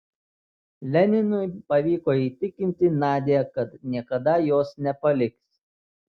leninui pavyko įtikinti nadią kad niekada jos nepaliks